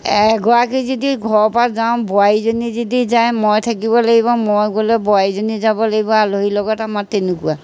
এগৰাকী যদি ঘৰৰপৰা যাওঁ বোৱাৰীজনী যদি যায় মই থাকিব লাগিব মই গ'লে বোৱাৰীজনী যাব লাগিব আলহীৰ লগত আমাৰ তেনেকুৱা